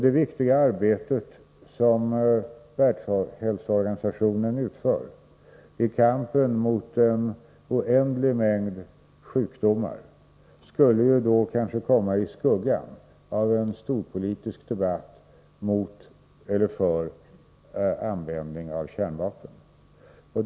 Det viktiga arbete som Världshälsoorganisationen utför i kampen mot en oändlig mängd sjukdomar skulle då kanske komma i skuggan av en storpolitisk debatt mot eller för användningen av kärnvapen.